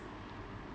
哈